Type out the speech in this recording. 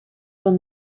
van